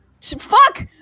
fuck